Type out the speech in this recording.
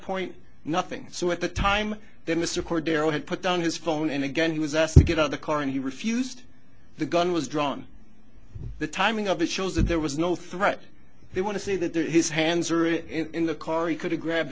point nothing so at the time then mr cord darrow had put down his phone and again he was asked to get out of the car and he refused the gun was drawn the timing of it shows that there was no threat they want to say that there his hands are in the car he couldn't grab